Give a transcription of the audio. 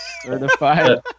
Certified